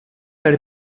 della